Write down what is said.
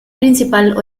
principal